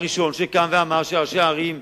הראשון שקם ואמר שראשי ערים,